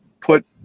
put